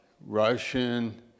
Russian